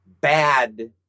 bad